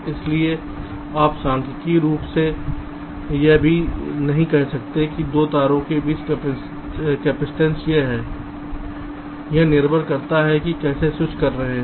इसलिए आप सांख्यिकीय रूप से यह नहीं कह सकते हैं कि 2 तारों के बीच कपसिटंस यह है यह निर्भर करता है कि वे कैसे स्विच कर रहे हैं